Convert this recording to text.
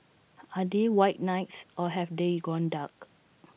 are they white knights or have they gone dark